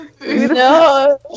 No